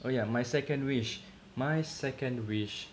oh yeah my second wish my second wish